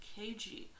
kg